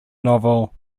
novel